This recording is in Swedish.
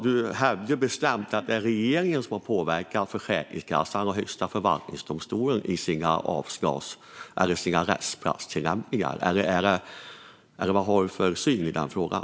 Du hävdar bestämt att det är regeringen som har påverkat Försäkringskassans och Högsta förvaltningsdomstolens rättspraxistillämpningar. Vad är din syn i frågan?